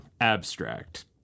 abstract